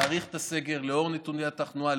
להאריך את הסגר לנוכח נתוני התחלואה,